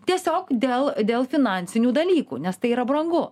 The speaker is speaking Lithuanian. tiesiog dėl dėl finansinių dalykų nes tai yra brangu